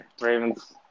Ravens